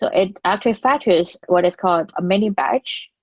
so it actually fetches what is called a mini-batch,